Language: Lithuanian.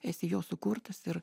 esi jo sukurtas ir